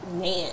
man